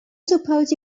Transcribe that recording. suppose